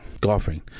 golfing